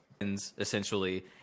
essentially